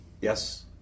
Yes